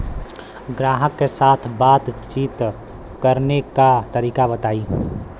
ग्राहक के साथ बातचीत करने का तरीका बताई?